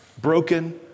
broken